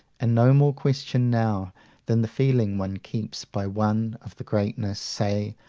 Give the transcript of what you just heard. and no more questioned now than the feeling one keeps by one of the greatness say!